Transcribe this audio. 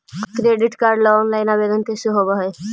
Credit card ल online आवेदन कैसे होब है?